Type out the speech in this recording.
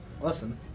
Listen